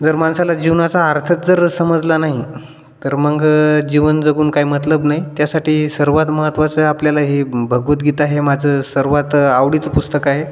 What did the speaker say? जर माणसाला जीवनाचा अर्थच जर समजला नाही तर मग जीवन जगून काही मतलब नाही त्यासाठी सर्वात महत्त्वाचं आपल्याला ही भगवद्गीता हे माझं सर्वात आवडीचं पुस्तकं आहे